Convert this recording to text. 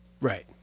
Right